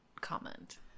comment